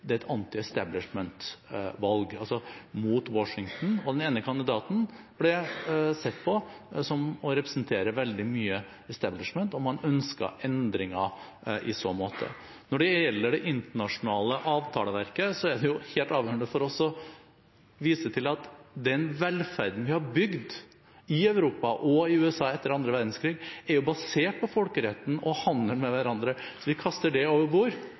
det er et anti-establishment-valg mot Washington, og den ene kandidaten ble veldig mye sett på som en representant for establishmentet, og man ønsket endringer i så måte. Når det gjelder det internasjonale avtaleverket, er det helt avgjørende for oss å vise til at den velferden vi har bygd i Europa og i USA etter annen verdenskrig, er basert på folkeretten og på handel med hverandre. Om vi kaster det over